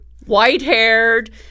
White-haired